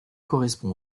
correspond